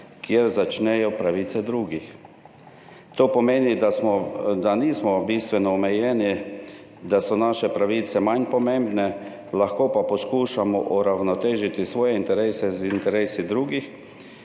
kjer se začnejo pravice drugih. To pomeni, da nismo bistveno omejeni ali da so naše pravice manj pomembne, lahko pa poskušamo uravnotežiti svoje interese z interesi drugih,